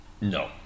no